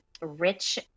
rich